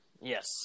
Yes